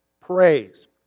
praise